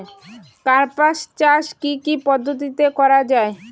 কার্পাস চাষ কী কী পদ্ধতিতে করা য়ায়?